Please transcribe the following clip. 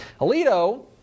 Alito